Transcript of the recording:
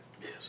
Yes